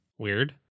Weird